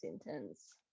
sentence